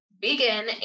begin